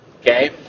Okay